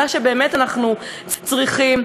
מה שבאמת אנחנו צריכים,